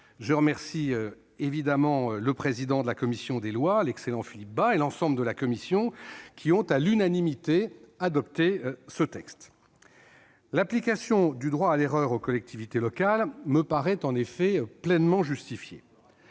Je remercie évidemment le président de la commission des lois, l'excellent Philippe Bas, et l'ensemble de ses membres, qui ont unanimement voté ce texte. L'application du droit à l'erreur aux collectivités locales me paraît en effet pleinement justifiée.